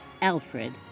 Alfred